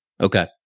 Okay